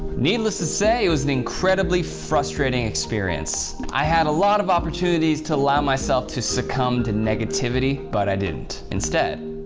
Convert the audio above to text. needless to say it was an incredibly frustrating experience. i had a lot of opportunities to allow myself to succumb to negativity, but i didn't. instead,